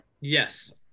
Yes